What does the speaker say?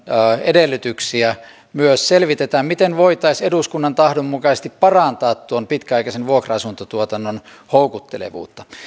edellytyksiä myös selvitetään miten voitaisiin eduskunnan tahdon mukaisesti parantaa tuon pitkäaikaisen vuokra asuntotuotannon houkuttelevuutta